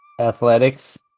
athletics